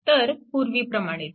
तर पूर्वीप्रमाणेच